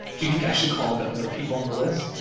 do you think i should call the other people on the list?